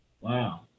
Wow